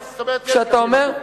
זאת אומרת,